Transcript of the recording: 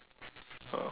ah